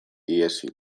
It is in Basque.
ihesi